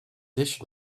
dish